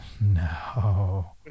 no